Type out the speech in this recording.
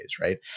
right